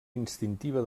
instintiva